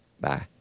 Bye